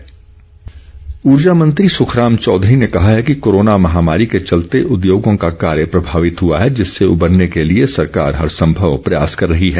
उद्योग ऊर्जा मंत्री सुखराम चौधरी ने कहा है कि कोरोना महामारी के चलते उद्योगों का कार्य प्रभावित हुआ है जिससे उमरने के लिए सरकार हरसंभव प्रयास कर रही है